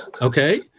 Okay